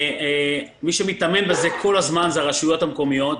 מי שמתאמן בזה כל הזמן זה הרשויות המקומיות,